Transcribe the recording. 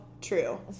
true